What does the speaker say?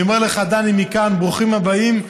אני אומר לך, דני, מכאן: ברוכים הבאים.